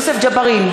יוסף ג'בארין,